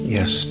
Yes